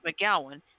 McGowan